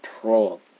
control